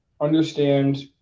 Understand